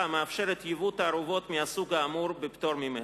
המאפשרת ייבוא תערובות מהסוג האמור בפטור ממכס.